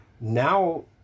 Now